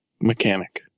mechanic